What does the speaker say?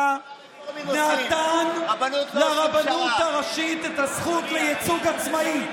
נתן לרבנות הראשית את הזכות לייצוג עצמאי.